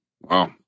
Wow